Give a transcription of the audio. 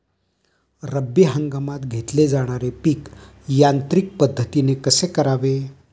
रब्बी हंगामात घेतले जाणारे पीक यांत्रिक पद्धतीने कसे करावे?